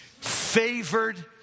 favored